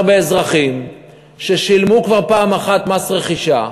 באזרחים ששילמו כבר פעם אחת מס רכישה,